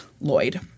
Lloyd